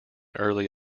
early